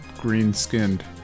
green-skinned